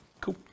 Cool